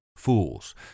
Fools